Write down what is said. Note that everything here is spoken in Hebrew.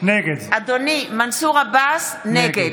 נגד חוה אתי עטייה, בעד